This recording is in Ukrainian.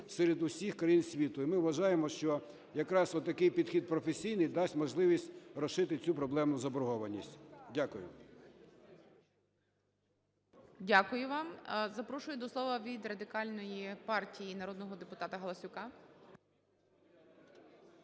серед усіх країн світу. І ми вважаємо, що якраз отакий підхід професійний дасть можливість вирішити цю проблему заборгованості. Дякую. ГОЛОВУЮЧИЙ. Дякую вам. Запрошую до слова від Радикальної партії народного депутата Галасюка.